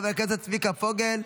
חבר הכנסת צביקה פוגל,